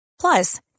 Plus